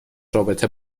رابطه